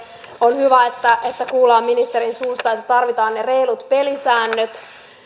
on hyvä että kuullaan ministerin suusta että tarvitaan ne reilut pelisäännöt